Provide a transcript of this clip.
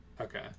Okay